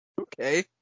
Okay